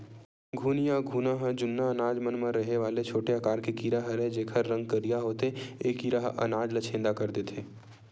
घुन या घुना ह जुन्ना अनाज मन म रहें वाले छोटे आकार के कीरा हरयए जेकर रंग करिया होथे ए कीरा ह अनाज ल छेंदा कर देथे